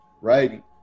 Right